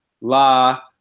la